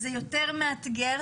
זה יותר מאתגר.